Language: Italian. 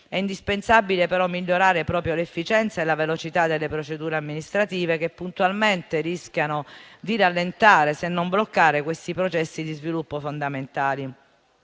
indispensabile migliorare proprio l'efficienza e la velocità delle procedure amministrative che puntualmente rischiano di rallentare, se non bloccare, questi processi di sviluppo fondamentali.